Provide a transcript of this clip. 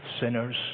sinners